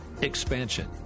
Expansion